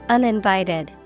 Uninvited